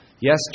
Yes